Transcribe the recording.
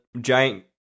giant